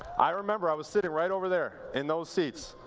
i remember, i was sitting right over there, in those seats.